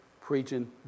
preaching